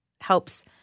helps